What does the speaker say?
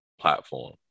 platform